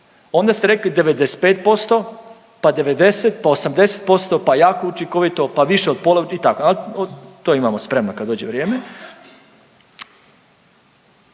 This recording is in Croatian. onda ste rekli 95%, pa 90, pa 80%, pa jako učinkovito, pa više od pola, i tako, ali to imamo spremno kad dođe vrijeme.